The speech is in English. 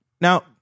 Now